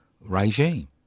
regime